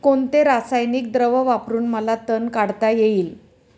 कोणते रासायनिक द्रव वापरून मला तण काढता येईल?